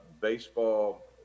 baseball